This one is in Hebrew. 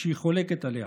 שהיא חולקת עליה.